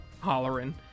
hollering